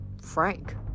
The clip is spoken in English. Frank